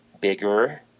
bigger